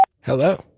Hello